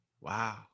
wow